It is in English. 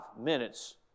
minutes